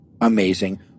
amazing